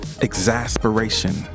exasperation